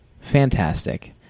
fantastic